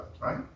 right